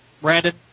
Brandon